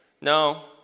no